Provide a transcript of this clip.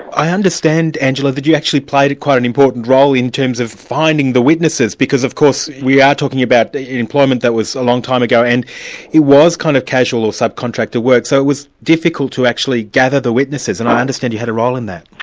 i understand, angela, that you actually played quite an important role in terms of finding the witnesses, because of course we are talking about employment that was a long time ago, and it was kind of casual, or sub-contractor work, so it was difficult to actually gather the witnesses, and i understand you had a role in that?